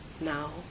now